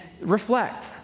reflect